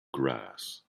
grass